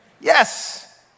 Yes